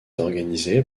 organisée